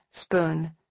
spoon